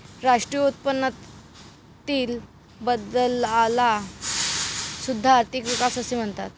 राष्ट्रीय उत्पन्नातील बदलाला सुद्धा आर्थिक विकास असे म्हणतात